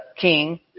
king